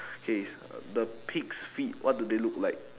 okay is uh the pig's feet what do they look like